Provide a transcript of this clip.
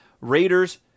Raiders